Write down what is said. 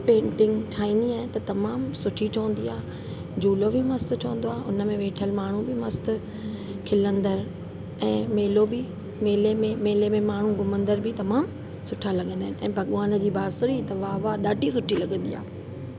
painting ठाहींदी आहियां त तमामु सुठी ठहंदी आहे झूलो बि मस्तु ठहंदो आहे हुन में वेठल माण्हू बि मस्तु खिलंदड़ ऐं मेलो बि मेले में माण्हू घुमंदड़ बि तमामु सुठा लॻंदा आहिनि ऐं भॻवान जी बांसुरी त वाह वाह ॾाढी सुठी लॻंदी आहे